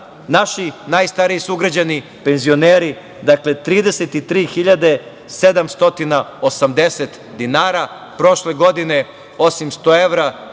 najstariji sugrađani penzioneri 33.780 dinara, prošle godine osim 100 evra